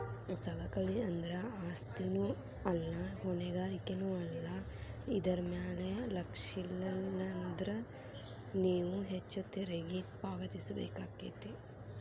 ಸವಕಳಿ ಅಂದ್ರ ಆಸ್ತಿನೂ ಅಲ್ಲಾ ಹೊಣೆಗಾರಿಕೆನೂ ಅಲ್ಲಾ ಇದರ್ ಮ್ಯಾಲೆ ಲಕ್ಷಿಲ್ಲಾನ್ದ್ರ ನೇವು ಹೆಚ್ಚು ತೆರಿಗಿ ಪಾವತಿಸಬೇಕಾಕ್ಕೇತಿ